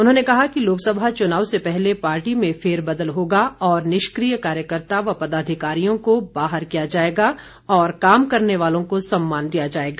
उन्होंने कहा कि लोकसभा चुनाव से पहले पार्टी में फेरबदल होगा और निष्क्रिय कार्यकर्ताओं व पदाधिकारियों को बाहर किया जाएगा और काम करने वालों को सम्मान दिया जाएगा